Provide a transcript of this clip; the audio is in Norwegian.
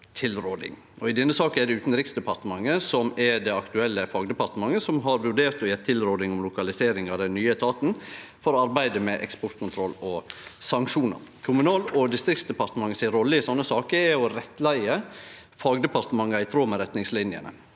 I denne saka er det Utanriksdepartementet som er det aktuelle fagdepartementet, som har vurdert å gje tilråding om lokalisering av den nye etaten for arbeidet med eksportkontroll og sanksjonar. Kommunal- og distriktsdepartementet si rolle i sånne saker er å rettleie fagdepartementa i tråd med retningslinjene.